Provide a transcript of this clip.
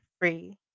free